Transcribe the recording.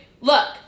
Look